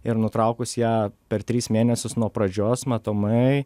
ir nutraukus ją per tris mėnesius nuo pradžios matomai